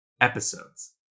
episodes